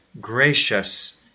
gracious